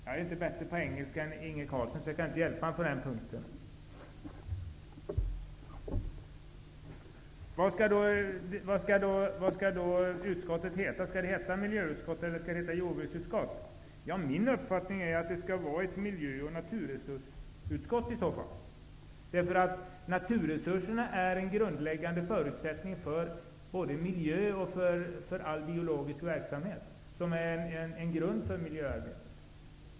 Jag är inte bättre på engelska än Inge Carlsson, så jag kan inte hjälpa honom på den punkten. Vad skall utskottet heta? Skall det heta miljöutskott eller jordbruksutskott? Min uppfattning är att det skall vara ett miljö och naturresursutskott. Naturresurserna är en grundläggande förutsättning för både miljöverksamhet och all biologisk verksamhet.